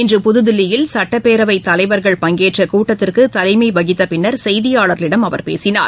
இன்று புதுதில்லியில் சட்டப்பேரவைத் தலைவர்கள் பங்கேற்ற கூட்டத்திற்கு தலைமை வகித்த பின்னர் செய்தியாளர்களிடம் அவர் பேசினார்